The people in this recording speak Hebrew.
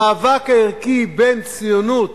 המאבק הערכי בין ציונות